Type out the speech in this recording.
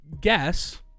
guess